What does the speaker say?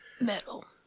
Metal